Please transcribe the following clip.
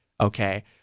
okay